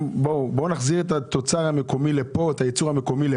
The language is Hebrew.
להגיד: בואו נחזיר את הייצור המקומי לכאן.